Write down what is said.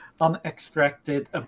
unexpected